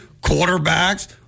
quarterbacks